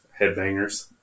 headbangers